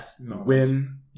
win